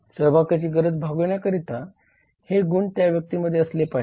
सहभागाची गरज भागविण्याकरिता हे गुण त्या व्यक्तीमध्ये असले पाहिजेत